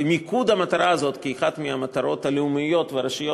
ומיקוד המטרה הזאת כאחת מהמטרות הלאומיות הראשיות